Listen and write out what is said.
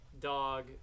Dog